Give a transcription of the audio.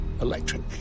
Electric